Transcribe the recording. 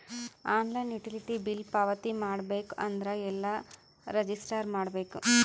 Online utility bill ಪಾವತಿ ಮಾಡಬೇಕು ಅಂದ್ರ ಎಲ್ಲ ರಜಿಸ್ಟರ್ ಮಾಡ್ಬೇಕು?